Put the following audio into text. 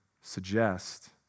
suggest